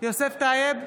יוסף טייב,